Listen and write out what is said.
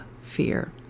fear